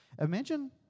Imagine